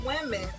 women